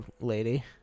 lady